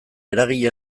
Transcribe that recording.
eragile